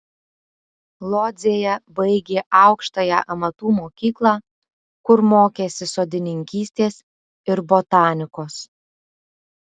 lodzėje baigė aukštąją amatų mokyklą kur mokėsi sodininkystės ir botanikos